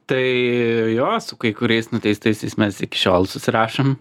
tai jo su kai kuriais nuteistaisiais mes iki šiol susirašom